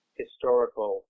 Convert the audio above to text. historical